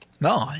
No